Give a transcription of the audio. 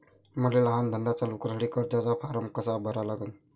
मले लहान धंदा चालू करासाठी कर्जाचा फारम कसा भरा लागन?